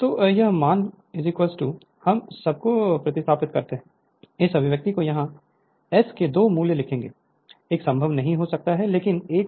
तो यह मान हम सब को प्रतिस्थापित करते हैं इस अभिव्यक्ति को यहां एस के दो मूल्य मिलेंगे एक संभव नहीं हो सकता है लेकिन एक और है एक और संभव है